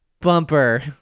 Bumper